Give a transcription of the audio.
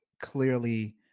Clearly